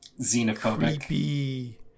xenophobic